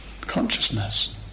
consciousness